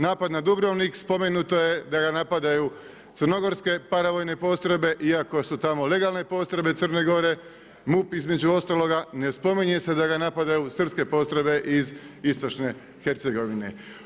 Napad na Dubrovnik spomenuto je da ga napadaju crnogorske paravojne postrojbe iako su tamo legalne postrojbe Crne Gore, MUP između ostaloga ne spominje se da ga napadaju srpske postrojbe iz istočne Hercegovine.